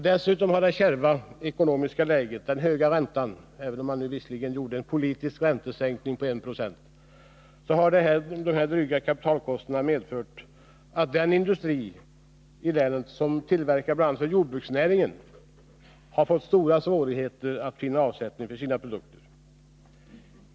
Dessutom har det kärva ekonomiska läget, med hög ränta och dryga kapitalkostnader — även om man nu genomförde en politisk räntesänkning på I 26 — medfört att den industri il änet som bl.a. har tillverkning för jordbruksnäringen har fått stora svårigheter att finna avsättning för sina produkter.